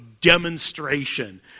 demonstration